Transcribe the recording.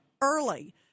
early